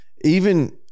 Even-